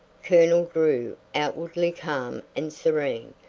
colonel drew, outwardly calm and serene,